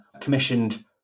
commissioned